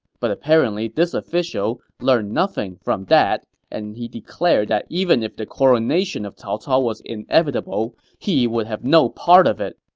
but apparently this official learned nothing from that, as and he declared that even if the coronation of cao cao was inevitable, he would have no part of it.